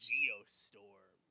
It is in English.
Geostorm